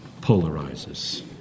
polarizes